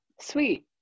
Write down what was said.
Sweet